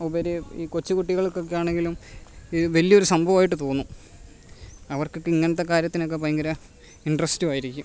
ഉപരി ഈ കൊച്ചുകുട്ടികൾക്കൊക്കെ ആണെങ്കിലും ഈ വലിയ ഒരു സംഭവമായിട്ട് തോന്നും അവർക്കൊക്കെ ഇങ്ങനെത്തെ കാര്യത്തിനൊക്കെ ഭയങ്കര ഇൻ്റെറെസ്റ്റും ആയിരിക്കും